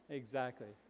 exactly,